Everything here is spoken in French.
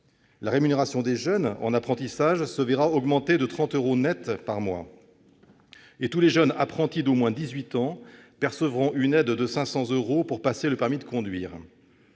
la rémunération des jeunes en apprentissage sera augmentée de 30 euros net par mois, et tous les jeunes apprentis d'au moins 18 ans percevront une aide de 500 euros pour passer le permis de conduire